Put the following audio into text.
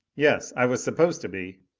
yes. i was supposed to be.